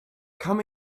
come